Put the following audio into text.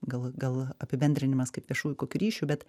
gal gal apibendrinimas kaip viešųjų kokių ryšių bet